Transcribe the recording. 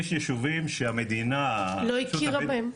יש יישובים שהמדינה --- לא הכירה בהם.